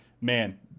Man